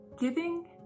giving